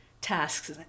tasks